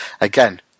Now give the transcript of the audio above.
Again